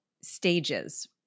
stages